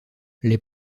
les